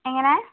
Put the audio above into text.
എങ്ങനെ